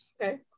Okay